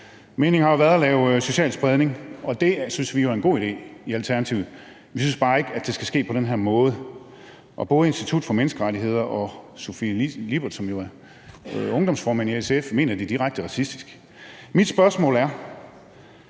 Meningen har jo været at lave social spredning, og det synes vi i Alternativet er en god idé, men vi synes bare ikke, at det skal ske på den her måde. Både Institut for Menneskerettigheder og Sofie Lippert, som er ungdomsformand i SF, mener, at det er direkte racistisk. Mit spørgsmål er: